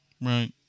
Right